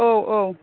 औ औ